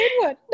one